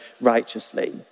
righteously